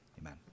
Amen